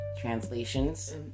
translations